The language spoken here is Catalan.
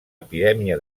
epidèmia